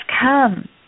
come